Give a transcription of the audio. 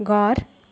घर